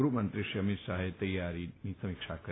ગૃહ મંત્રી શ્રી અમીત શાહે તૈયારીઓની સમીક્ષા કરી